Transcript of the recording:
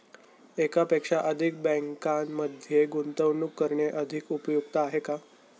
एकापेक्षा अधिक बँकांमध्ये गुंतवणूक करणे अधिक उपयुक्त आहे का?